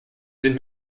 sind